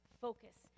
focus